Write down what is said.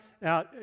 Now